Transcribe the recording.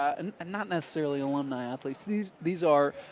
and and not necessarily alumni athletes. these these are